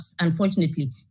unfortunately